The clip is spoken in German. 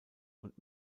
und